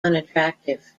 unattractive